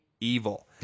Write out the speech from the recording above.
Evil